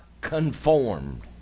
conformed